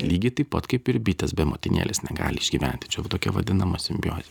lygiai taip pat kaip ir bitės be motinėlės negali išgyventi čia jau tokia vadinama simbiozė